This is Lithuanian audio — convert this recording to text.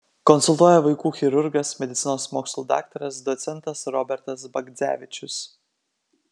konsultuoja vaikų chirurgas medicinos mokslų daktaras docentas robertas bagdzevičius